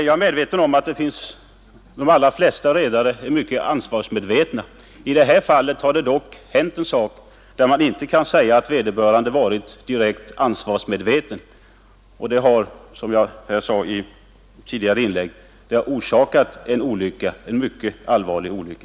Jag är medveten om att de allra flesta redare är ansvarsmedvetna. I det fall som jag har relaterat kan man inte säga att vederbörande varit direkt ansvarsmedveten, och det har medfört en mycket allvarlig olycka.